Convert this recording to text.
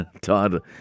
Todd